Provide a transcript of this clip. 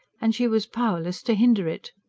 and she was powerless to hinder it.